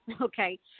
Okay